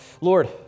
Lord